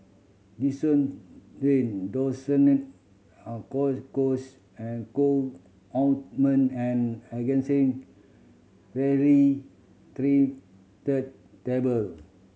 Desowen Desonide Cocois and Co Ointment and Angised Trinitrate Tablet